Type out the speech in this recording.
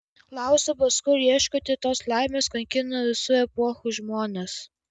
klausimas kur ieškoti tos laimės kankino visų epochų žmones